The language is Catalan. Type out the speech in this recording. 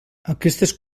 aquestes